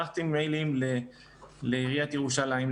שלחתי מיילים לעיריית ירושלים,